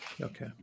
Okay